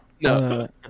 No